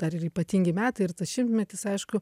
dar ir ypatingi metai ir tas šimtmetis aišku